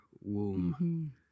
womb